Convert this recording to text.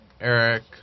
Eric